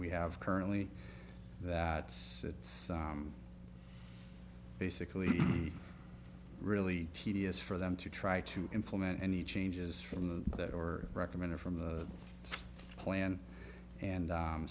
we have currently that it's basically really tedious for them to try to implement any changes from the that or recommended from the plan and